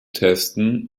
testen